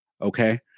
okay